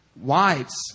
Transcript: wives